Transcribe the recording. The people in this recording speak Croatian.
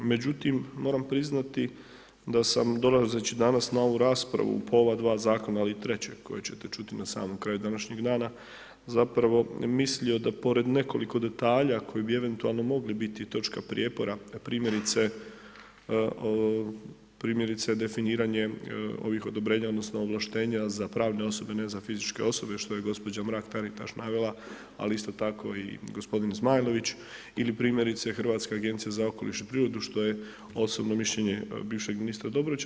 Međutim, moram priznati da sam dolazeći danas na ovu raspravu, u pola dva zakona i trećeg, kojeg ćete čuti na samom kraju današnjeg dana, zapravo mislio, da pored nekoliko detalja, koji bi eventualno mogli biti točka prijepora, primjerice definiranjem ovih odobrenja, odnosno, ovlaštenja za pravne osobe, ne za fizičke osobe, što je gospođa Mrak Taritaš navela, ali isto tako i gospodin Zmajlović ili primjerice Hrvatska agencija za okoliš i prirodu, što je osobno mišljenje bivšeg ministra Dobrovića.